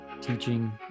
teaching